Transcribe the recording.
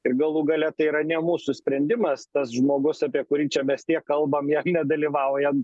ir galų gale tai yra ne mūsų sprendimas tas žmogus apie kurį čia mes tiek kalbam ja nedalyvaujan